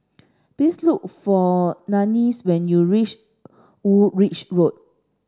please look for Nanie's when you reach Woolwich Road